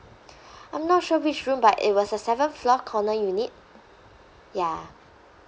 I'm not sure which room but it was a seventh floor corner unit ya